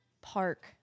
park